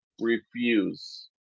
Refuse